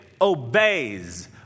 obeys